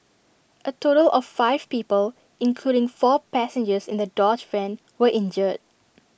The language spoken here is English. A total of five people including four passengers in the dodge van were injured